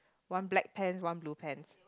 one black pants one blue pants